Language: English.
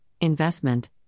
investment